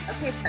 Okay